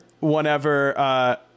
whenever